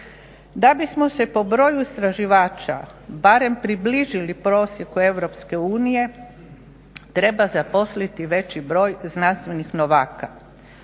Da bismo se po broju istraživača barem približili prosjeku Europske unije treba zaposliti veći broj znanstvenih novaka.